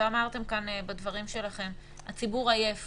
כפי שאמרתם, הציבור עייף